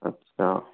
अच्छा